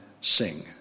sing